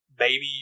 baby